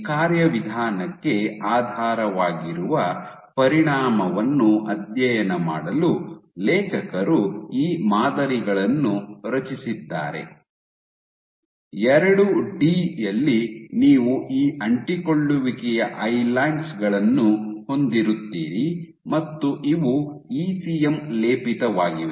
ಈ ಕಾರ್ಯವಿಧಾನಕ್ಕೆ ಆಧಾರವಾಗಿರುವ ಪರಿಣಾಮವನ್ನು ಅಧ್ಯಯನ ಮಾಡಲು ಲೇಖಕರು ಈ ಮಾದರಿಗಳನ್ನು ರಚಿಸಿದ್ದಾರೆ ಎರಡು ಡಿ ಯಲ್ಲಿ ನೀವು ಈ ಅಂಟಿಕೊಳ್ಳುವಿಕೆಯ ಐಲ್ಯಾಂಡ್ ಗಳನ್ನು ಹೊಂದಿರುತ್ತೀರಿ ಮತ್ತು ಇವು ಇಸಿಎಂ ಲೇಪಿತವಾಗಿವೆ